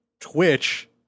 Twitch